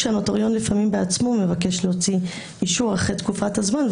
כאשר הנוטריון לפעמים בעצמו מבקש להוציא אישור אחרי תקופת הזמן,